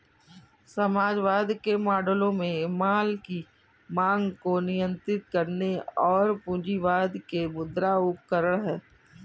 समाजवाद के मॉडलों में माल की मांग को नियंत्रित करने और पूंजीवाद के मुद्रा उपकरण है